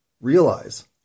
realize